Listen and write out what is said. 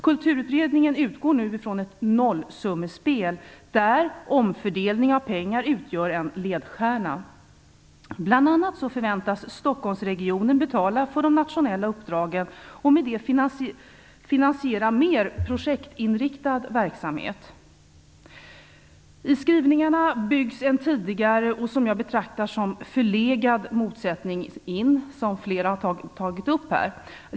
Kulturutredningen utgår från ett nollsummespel, där omfördelning av pengar utgör en ledstjärna. Bl.a. förväntas Stockholmsregionen betala för de nationella uppdragen och med det finansiera mer projektinriktad verksamhet. I skrivningarna byggs en tidigare och, som jag betraktar det, förlegad motsättning in.